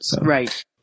Right